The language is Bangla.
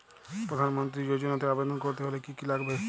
প্রধান মন্ত্রী যোজনাতে আবেদন করতে হলে কি কী লাগবে?